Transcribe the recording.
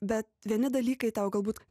bet vieni dalykai tau galbūt